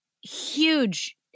huge